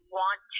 want